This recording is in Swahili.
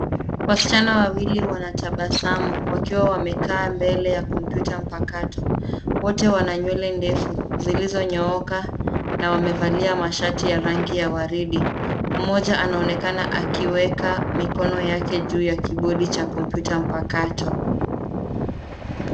Wasichana wawili wanatabasamu wakiwa wamekaa mbele ya komputa mpakato. Wote wana nywele ndefu zilizonyooka na wamevalia mashati ya rangi ya waridi. Mmoja anaonekana akiweka mikono yake juu ya kibodi cha komputa mpakato.